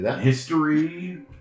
history